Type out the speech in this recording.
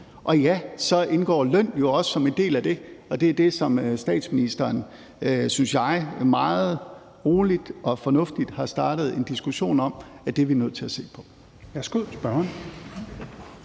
og ja, så indgår lønnen også som en del af det, og det er det, som statsministeren, synes jeg, meget roligt og fornuftigt har startet en diskussion om at vi er nødt til at se på.